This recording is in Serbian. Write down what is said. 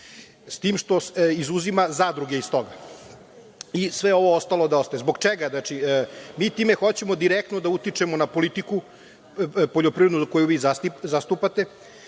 s tim što izuzima zadruge iz toga i sve ovo ostalo da ostaje. Zbog čega? Mi time hoćemo direktno da utičemo na poljoprivrednu politiku koju vi zastupate,